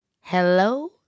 Hello